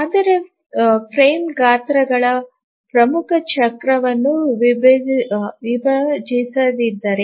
ಆದರೆ ಫ್ರೇಮ್ ಗಾತ್ರವು ಪ್ರಮುಖ ಚಕ್ರವನ್ನು ವಿಭಜಿಸದಿದ್ದರೆ